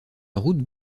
route